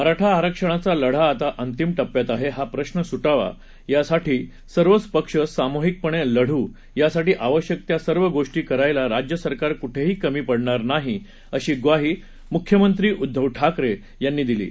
मराठा आरक्षणाचा लढा आता अंतिम टप्प्यात आहे हा प्रश्र सुटावा यासाठी सर्वच पक्ष सामुहिकपणे लढू यासाठी आवश्यक त्या सर्व गोष्टी करण्यात राज्य सरकार कुठेही कमी पडणार नाही अशी ग्वाही मुख्यमंत्री उद्दव ठाकरे यांनी दिली आहे